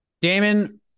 Damon